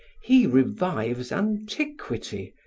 he revives antiquity,